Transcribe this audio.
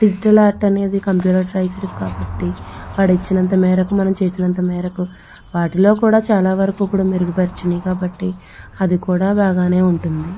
digital art అనేది computerized కాబట్టి వాడు ఇచ్చినంత మేరకు మనం చేసినంత మేరకు వాటిలో కూడా చాలావరకూ కూడా మెరుగుపరిచినవి కాబట్టి అది కూడా బాగానే ఉంటుంది